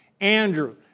Andrew